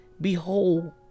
behold